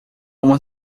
uma